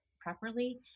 properly